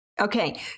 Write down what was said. Okay